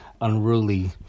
unruly